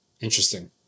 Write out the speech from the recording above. Interesting